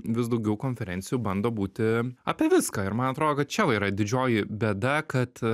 vis daugiau konferencijų bando būti apie viską ir man atrodo kad čia va yra didžioji bėda kad